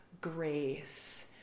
grace